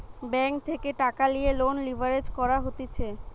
bank থেকে টাকা লিয়ে লোন লিভারেজ করা হতিছে